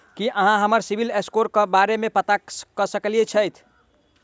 की अहाँ हमरा CIBIL score क बारे मे बता सकइत छथि?